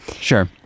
Sure